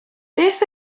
beth